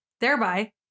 thereby